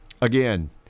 again